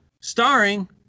Starring